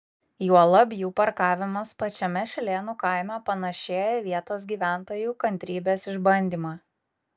juolab jų parkavimas pačiame šilėnų kaime panašėja į vietos gyventojų kantrybės išbandymą